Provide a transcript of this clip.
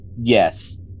Yes